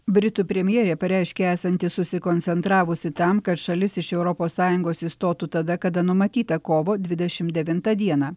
britų premjerė pareiškė esanti susikoncentravusi tam kad šalis iš europos sąjungos išstotų tada kada numatyta kovo dvidešimt devintą dieną